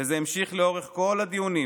וזה המשיך לאורך כל הדיונים,